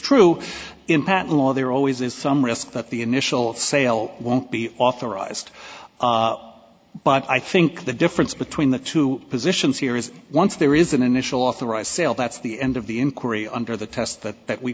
patent law there always is some risk that the initial sale won't be authorized but i think the difference between the two positions here is once there is an initial authorized sale that's the end of the inquiry under the test that that we